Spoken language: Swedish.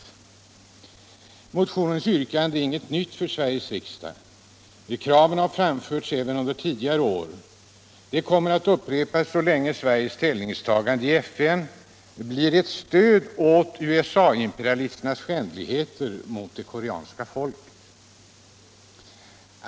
Motionens yrkande är inte nytt för Sveriges riksdag. Kraven har framförts även under tidigare år. De kommer att upprepas så länge Sveriges ställningstagande i FN blir ett stöd åt USA imperialisternas skändligheter mot det koreanska folket.